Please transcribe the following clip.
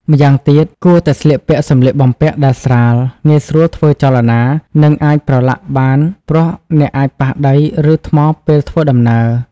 ម្យ៉ាងទៀត គួរតែស្លៀកពាក់សម្លៀកបំពាក់ដែលស្រាល ងាយស្រួលធ្វើចលនា និងអាចប្រឡាក់បានព្រោះអ្នកអាចប៉ះដី ឬថ្ម ពេលធ្វើដំណើរ។